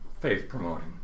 faith-promoting